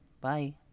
Bye